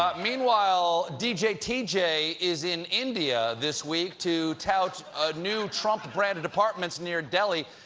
um meanwhile, d j t j. is in india this week to tout new trump-branded apartments near delhi,